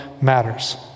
matters